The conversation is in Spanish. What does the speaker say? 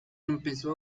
empezó